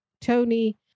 Tony